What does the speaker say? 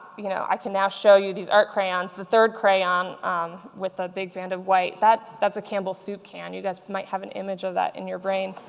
you know i can now show you these art crayons the third crayon um with a big band of white, that's a campbell soup can. you guys might have an image of that in your brain.